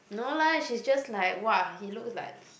no lah she's just like !wow! he looks like